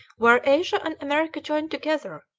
were asia and america joined together,